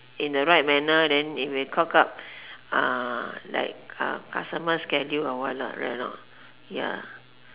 in the right manner then if you cock up uh like uh customer schedule or what ah ya